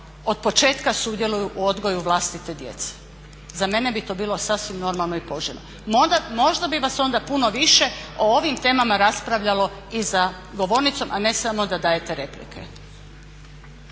od početka sudjeluju u odgoju vlastite djece. Za mene bi to bilo sasvim normalno i poželjno. Možda bi vas onda puno više o ovim temama raspravljalo i za govornicom, a ne samo da dajete replike.